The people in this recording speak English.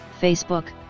Facebook